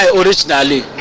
originally